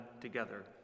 together